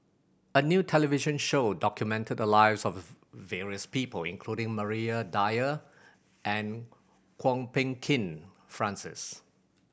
a new television show documented the lives of various people including Maria Dyer and Kwok Peng Kin Francis